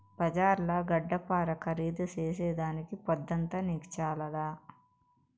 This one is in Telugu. బజార్ల గడ్డపార ఖరీదు చేసేదానికి పొద్దంతా నీకు చాలదా